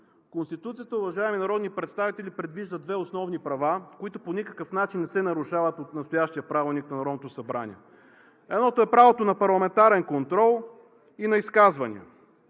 Конституцията, уважаеми народни представители, предвижда две основни права, които по никакъв начин не се нарушават от настоящия Правилник на Народното събрание. Едното е правото на парламентарен контрол и на изказвания.